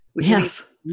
Yes